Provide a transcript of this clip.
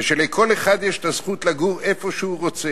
ושלכל אחד יש זכות לגור איפה שהוא רוצה.